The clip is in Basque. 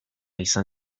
izan